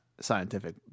scientific